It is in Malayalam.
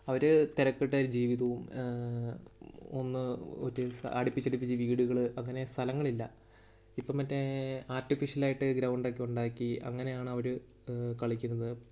അവർ തിരക്കിട്ടൊരു ജീവിതവും ഒന്ന് ഒരു അടുപ്പിച്ചടുപ്പിച്ച് വീടുകൾ അങ്ങനെ സ്ഥലങ്ങളില്ല ഇപ്പം മറ്റേ ആർട്ടിഫിഷ്യലായിട്ട് ഗ്രൗണ്ടൊക്കെ ഉണ്ടാക്കി അങ്ങനെയാണവർ കളിക്കുന്നത്